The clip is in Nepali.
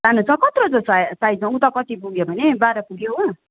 सानो छ कत्रो छ सा साइजमा ऊ त कति पुग्यो भने बाह्र पुग्यो हो